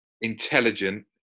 intelligent